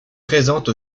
présente